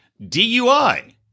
DUI